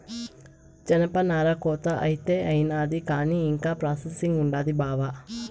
జనపనార కోత అయితే అయినాది కానీ ఇంకా ప్రాసెసింగ్ ఉండాది బావా